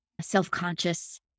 self-conscious